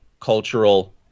cultural